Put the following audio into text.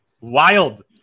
Wild